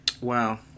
Wow